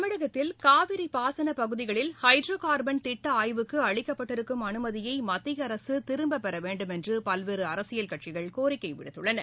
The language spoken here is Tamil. தமிழகத்தில் காவிரி பாசனப் பகுதிகளில் ஹைட்ரோ கார்பன் திட்ட ஆய்வுக்கு அளிக்கப்பட்டிருக்கும் அனுமதியை மத்திய அரசு திரும்பப்பெற வேண்டுமென்று பல்வேறு அரசியல் கட்சிகள் கோரிக்கை விடுத்துள்ளன